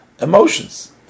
emotions